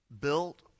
built